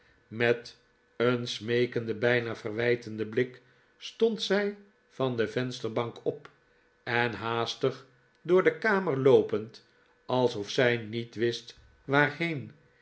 met een smeekenden bijna verwijtenden blik stond zij van de vensterbank op en haastig door de kamer loopend alsof zij niet wist waarheen